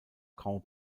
grand